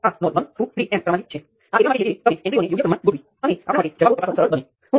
હવે સ્વતંત્ર કરંટ સ્ત્રોતને બદલે મારી પાસે K× Ix મૂલ્યનો કરંટ નિયંત્રિત કરંટ સ્ત્રોત છે જ્યાં Ix એ કરંટ છે અને R13